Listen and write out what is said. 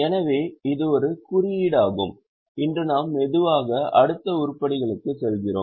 எனவே இது ஒரு குறியீடாகும் இன்று நாம் மெதுவாக அடுத்த உருப்படிகளுக்கு செல்கிறோம்